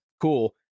Cool